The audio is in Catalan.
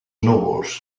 núvols